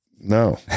No